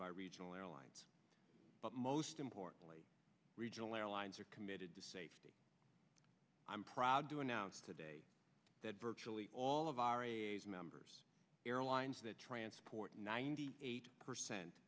by regional airlines but most importantly regional airlines are committed to safety i'm proud to announce today that virtually all of our members airlines that transport ninety eight percent